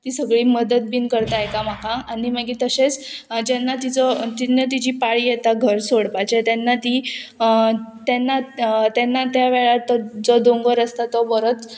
ती सगळी मदत बीन करता एकामेकाक आनी मागीर तशेंच जेन्ना तिचो जिन्ना तिची पाळी येता घर सोडपाची तेन्ना ती तेन्ना तेन्ना त्या वेळार तो जो दोंगर आसता तो बरोच